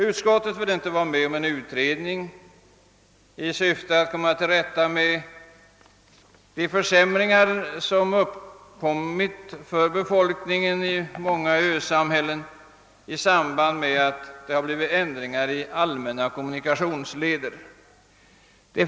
Utskottet vill inte tillstyrka en utredning i syfte att komma till rätta med de försämringar som har uppstått för befolkningen i många ösamhällen i samband med att det blivit ändringar i allmänna kommunikationsleder.